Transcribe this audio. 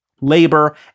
labor